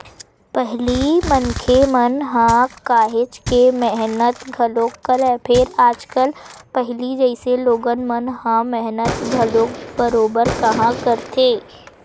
पहिली मनखे मन ह काहेच के मेहनत घलोक करय, फेर आजकल पहिली जइसे लोगन मन ह मेहनत घलोक बरोबर काँहा करथे